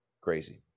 crazy